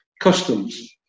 customs